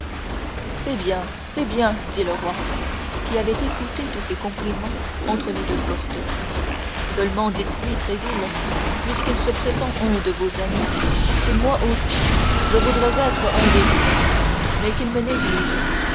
c'est bien c'est bien dit le roi qui avait écouté tous ces compliments entre les deux portes seulement dites-lui tréville puisqu'il se prétend un de vos amis que moi aussi je voudrais être des siens mais qu'il me néglige